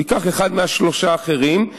הוא ייקח אחד מהשלושה האחרים.